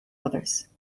others